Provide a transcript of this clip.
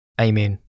Amen